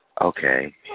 Okay